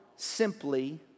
simply